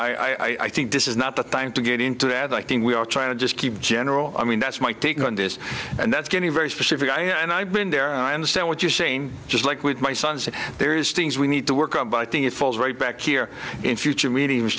forward i think this is not the time to get into ad i think we are trying to just keep general i mean that's my take on this and that's getting very specific and i've been there i understand what you're saying just like with my son said there is things we need to work on but i think it falls right back here in future me